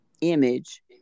image